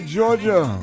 Georgia